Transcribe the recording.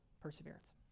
perseverance